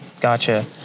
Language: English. Gotcha